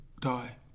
die